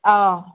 ꯑꯥ